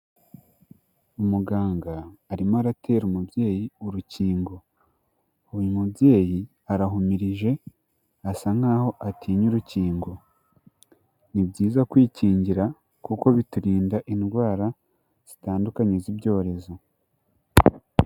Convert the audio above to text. Umuganga arimo aratera umubyeyi urukingo, uyu mubyeyi arahumirije asa nkaho atinya urukingo. Ni byiza kwikingira kuko biturinda indwara zitandukanye z'ibyorezo.